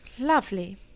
Lovely